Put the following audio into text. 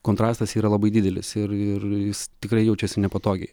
kontrastas yra labai didelis ir ir jis tikrai jaučiasi nepatogiai